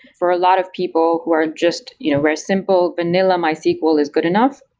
for a lot of people who are just you know where simple vanilla mysql is good enough.